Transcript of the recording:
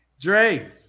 Dre